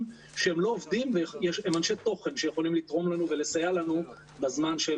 שהם אנשי תוכן שיכולים לתרום לנו ולסייע לנו בזמן של